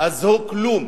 אז הוא כלום.